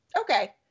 okay